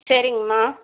சரிங்கம்மா